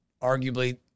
arguably